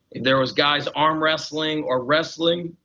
there was guys arm wrestling or wrestling.